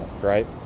right